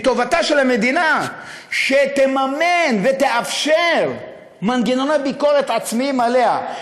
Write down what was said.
מטובתה של המדינה שתממן ותאפשר מנגנוני ביקורת עצמיים עליה.